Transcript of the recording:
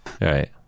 Right